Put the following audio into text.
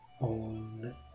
on